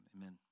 amen